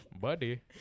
Buddy